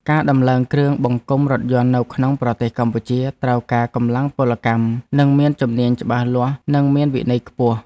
ការតម្លើងគ្រឿងបង្គុំរថយន្តនៅក្នុងប្រទេសកម្ពុជាត្រូវការកម្លាំងពលកម្មដែលមានជំនាញច្បាស់លាស់និងមានវិន័យខ្ពស់។